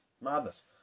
Madness